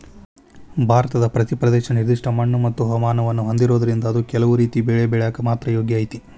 ಭಾರತದ ಪ್ರತಿ ಪ್ರದೇಶ ನಿರ್ದಿಷ್ಟ ಮಣ್ಣುಮತ್ತು ಹವಾಮಾನವನ್ನ ಹೊಂದಿರೋದ್ರಿಂದ ಅದು ಕೆಲವು ರೇತಿ ಬೆಳಿ ಬೆಳ್ಯಾಕ ಮಾತ್ರ ಯೋಗ್ಯ ಐತಿ